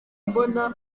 mbona